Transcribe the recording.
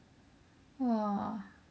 !wah!